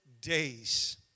days